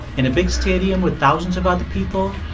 in a big stadium with thousands of other people,